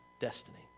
destiny